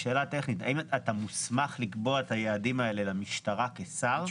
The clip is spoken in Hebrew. האם אתה מוסמך לקבוע את היעדים האלה למשטרה כשר?